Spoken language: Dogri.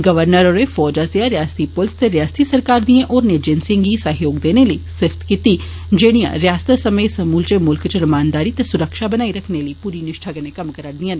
गवरनर होरें फौज आसेया रयासती पुलस ते रयासती सरकार दियें होरने एजेंसियें गी सहयोग देने लेई सिफ्त कीती जेड़ियां रयासतै समेत समूलचे मुल्खै च रमानदारी ते सुरक्षा बनाई रक्खने लेई पूरी निष्ठा कन्नै कम्म करदियां न